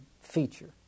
feature